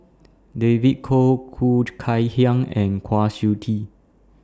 David Kwo Khoo Kay Hian and Kwa Siew Tee